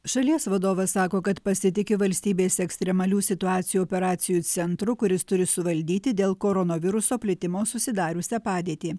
šalies vadovas sako kad pasitiki valstybės ekstremalių situacijų operacijų centru kuris turi suvaldyti dėl koronaviruso plitimo susidariusią padėtį